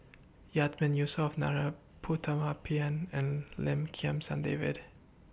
Yatiman Yusof Putumaippittan and Lim Kim San David